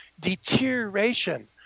deterioration